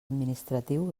administratiu